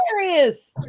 hilarious